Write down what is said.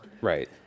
right